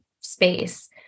space